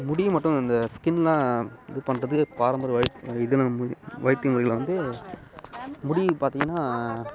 முடி மற்றும் இந்த ஸ்கினெலாம் இது பண்ணுறதுக்கு பாரம்பரியம் வழி இது நம்ம வந்து வைத்திய முறைகளை வந்து முடி பார்த்தீங்கன்னா